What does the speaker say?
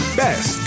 best